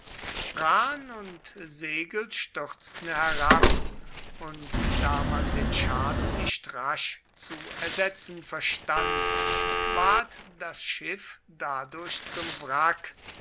und segel stürzten herab und da man den schaden nicht rasch zu ersetzen verstand ward das schiff dadurch zum wrack